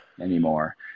anymore